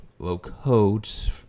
low-codes